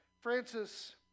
Francis